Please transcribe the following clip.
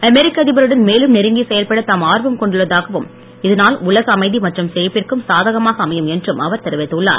அமெரிக்க அதிபருடன் மேலும் நெருங்கி செயல்பட தாம் ஆர்வம் கொண்டுள்ளதாகவும் இதனால் உலக அமைதி மற்றும் செழிப்பிற்கும் சாதகமாக அமையும் என்றும் அவர் தெரிவித்துள்ளார்